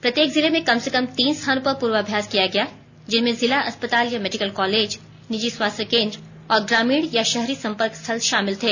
प्रत्येक जिले में कम से कम तीन स्थानों पर पूर्वाभ्यास किया गया जिनमें जिला अस्पताल या मेडिकल कॉलेज निजी स्वास्थ्य केंद्र और ग्रामीण या शहरी संपर्क स्थल शामिल थे